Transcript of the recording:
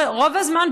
רוב הזמן,